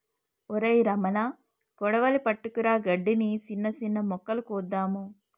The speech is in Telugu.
ఒరై రమణ కొడవలి పట్టుకురా గడ్డిని, సిన్న సిన్న మొక్కలు కోద్దాము